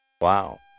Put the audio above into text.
Wow